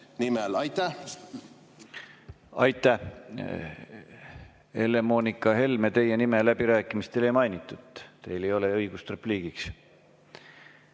nimel. Aitäh! Helle-Moonika Helme, teie nime läbirääkimistel ei mainitud, teil ei ole õigust repliigiks.